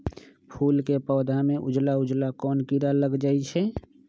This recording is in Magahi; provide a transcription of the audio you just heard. फूल के पौधा में उजला उजला कोन किरा लग जई छइ?